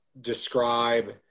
describe